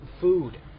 food